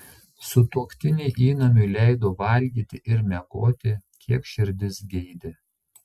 sutuoktiniai įnamiui leido valgyti ir miegoti kiek širdis geidė